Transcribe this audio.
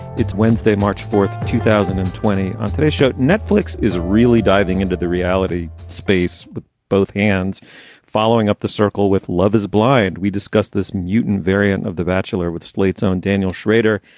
it's wednesday, march fourth, two thousand and twenty. on today's show netflix is really diving into the reality space with both hands following up the circle with love is blind. we discussed this mutant variant of the bachelor with slate's own daniel shrader.